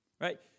Right